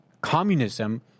communism